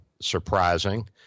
surprising